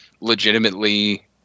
legitimately